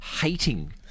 hating